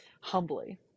humbly